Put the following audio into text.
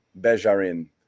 Bejarin